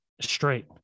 straight